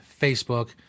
Facebook